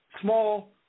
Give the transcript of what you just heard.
small